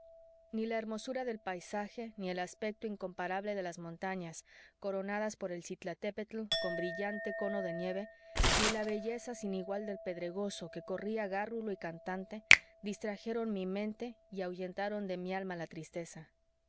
ni la hermosura del paisaje ni el aspecto incomparable de las montañas coronadas por el citlaltépetl con brillante cono de nieve ni la belleza sin igual del pedregoso que corría gárrulo y cantante distrajeron mi mente y ahuyentaron de mi alma la tristeza